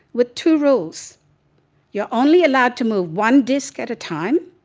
with two rules you're only allowed to move one disc at a time,